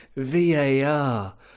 VAR